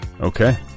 Okay